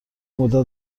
مدت